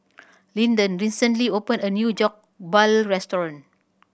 Lyndon recently open a new Jokbal restaurant